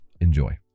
enjoy